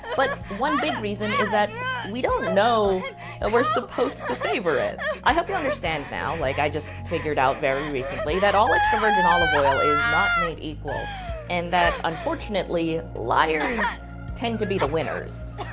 but one big reason is that we don't know that we're supposed to savor it. i hope you understand now, like i just figured out very recently that all extra virgin olive oil is not made equal and that unfortunately, liars tend to be the winners.